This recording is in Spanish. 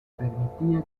permitía